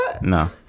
no